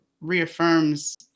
reaffirms